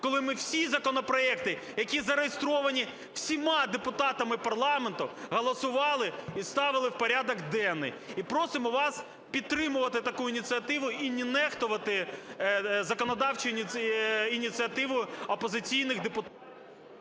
коли ми всі законопроекти, які зареєстровані всіма депутатами парламенту, голосували і ставили в порядок денний. І просимо вас підтримувати таку ініціативу і не нехтувати законодавчою ініціативою опозиційних депутатів.